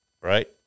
right